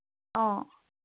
অঁ